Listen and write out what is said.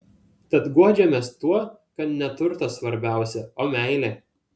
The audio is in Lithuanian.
tad guodžiamės tuo kad ne neturtas svarbiausia o meilė